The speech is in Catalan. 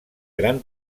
gran